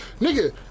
Nigga